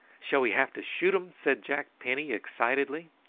shall we have to shoot em? said jack penny excitedly.